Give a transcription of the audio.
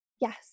Yes